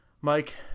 Mike